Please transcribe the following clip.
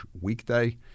weekday